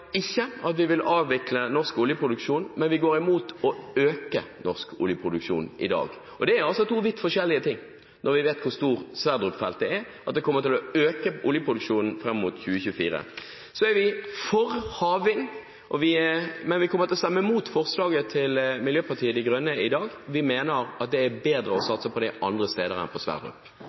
ikke at vi vil avvikle norsk oljeproduksjon, men vi går imot å øke norsk oljeproduksjon i dag. Det er to vidt forskjellige ting – når vi vet hvor stort Johan Sverdrup-feltet er, og at det kommer til å øke oljeproduksjonen fram mot 2024. Så er vi for havvind, men vi kommer til å stemme imot forslaget fra Miljøpartiet De Grønne i dag. Vi mener at det er bedre å satse på